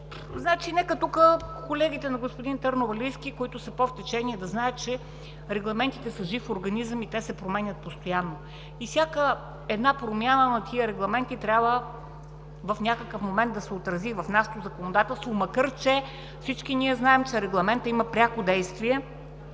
Нека колегите на господин Търновалийски, които са повече в течение, да знаят, че регламентите са жив организъм и те се променят постоянно и всяка една промяна на тези регламенти трябва в някакъв момент да се отрази в нашето законодателство, макар че всички ние знаем, че регламентът има пряко действие